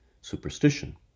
superstition